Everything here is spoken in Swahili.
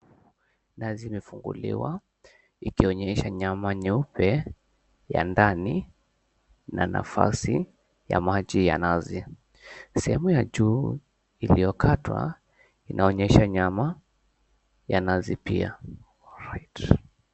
Nazi imefunguliwa ikionesha nyama nyeupe ya ndani na nafasi ya maji sehemu ya juu ilio katwa inaonesha nyama ya nazi pia.